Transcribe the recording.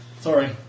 Sorry